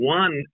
one